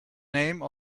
name